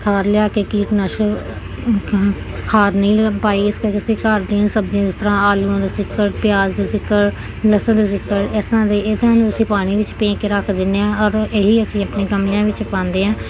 ਖਾਦ ਲਿਆ ਕੇ ਕੀਟਨਾਸ਼ਕ ਖਾਦ ਖਾਦ ਨਹੀਂ ਲ ਪਾਈ ਇਸ ਕਰਕੇ ਅਸੀਂ ਘਰ ਦੀਆ ਸਬਜ਼ੀਆਂ ਜਿਸ ਤਰ੍ਹਾਂ ਆਲੂਆਂ ਦਾ ਸੀਕਰ ਪਿਆਜ਼ ਦਾ ਸੀਕਰ ਲਸਣ ਦੇ ਸੀਕਰ ਇਸ ਤਰ੍ਹਾਂ ਦੇ ਇਹਨਾਂ ਨੂੰ ਅਸੀਂ ਪਾਣੀ ਵਿੱਚ ਭਿਓਂ ਕੇ ਰੱਖ ਦਿੰਦੇ ਹਾਂ ਔਰ ਇਹੀ ਅਸੀਂ ਆਪਣੀ ਗਮਲਿਆਂ ਵਿੱਚ ਪਾਉਂਦੇ ਹਾਂ